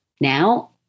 Now